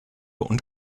und